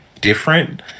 different